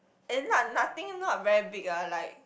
eh not nothing not very big ah like